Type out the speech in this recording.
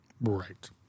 Right